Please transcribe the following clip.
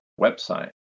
website